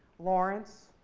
lawrence.